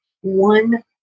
one